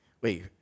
wait